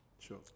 Sure